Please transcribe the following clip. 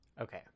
Okay